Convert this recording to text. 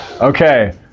Okay